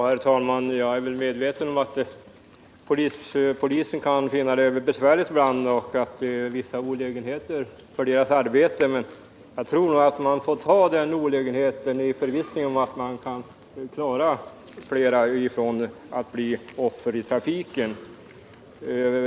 Herr talman! Jag är medveten om att polisen kan finna det besvärligt ibland att följa upp bestämmelserna, och det kan innebära vissa olägenheter för deras arbete. Men jag tror att man får ta den olägenheten i förvissningen att man därigenom kan klara flera människor från att bli offer i trafiken.